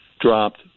dropped